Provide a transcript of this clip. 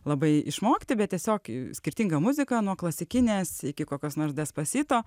labai išmokti bet tiesiog į skirtingą muziką nuo klasikinės iki kokios nors despasito